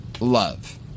love